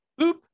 boop